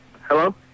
Hello